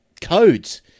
codes